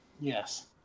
Yes